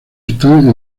están